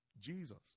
Jesus